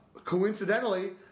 Coincidentally